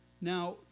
Now